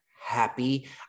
happy